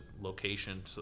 location